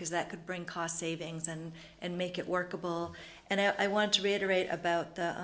because that could bring cost savings and and make it workable and i want to reiterate about the